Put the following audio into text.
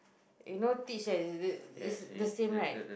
you know teach like is the is the same right